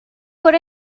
por